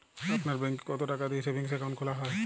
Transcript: আপনার ব্যাংকে কতো টাকা দিয়ে সেভিংস অ্যাকাউন্ট খোলা হয়?